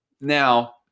Now